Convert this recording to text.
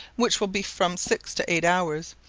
which will be from six to eight hours,